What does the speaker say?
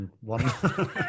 one